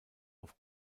auf